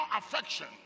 affection